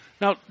Now